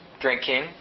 drinking